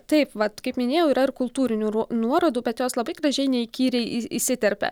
taip vat kaip minėjau yra ir kultūrinių nuorodų bet jos labai gražiai neįkyriai įsiterpia